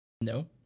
No